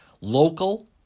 local